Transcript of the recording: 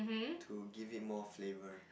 to give it more flavour